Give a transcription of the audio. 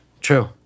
True